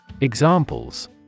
Examples